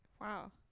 wow